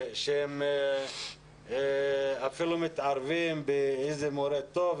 שהם אפילו מתערבים באיזה מורה טוב,